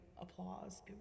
applause